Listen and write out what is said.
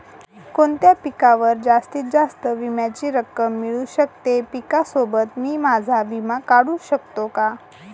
कोणत्या पिकावर जास्तीत जास्त विम्याची रक्कम मिळू शकते? पिकासोबत मी माझा विमा काढू शकतो का?